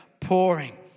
pouring